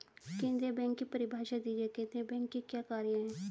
केंद्रीय बैंक की परिभाषा दीजिए केंद्रीय बैंक के क्या कार्य हैं?